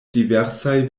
diversaj